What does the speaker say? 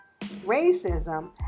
racism